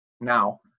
Now